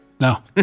no